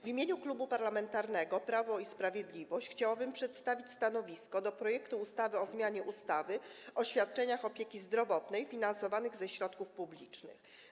W imieniu Klubu Parlamentarnego Prawo i Sprawiedliwość chciałabym przedstawić stanowisko wobec projektu ustawy o zmianie ustawy o świadczeniach opieki zdrowotnej finansowanych ze środków publicznych.